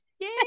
Yay